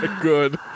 Good